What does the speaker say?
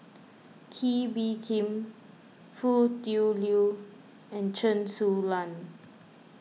Kee Bee Khim Foo Tui Liew and Chen Su Lan